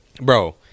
bro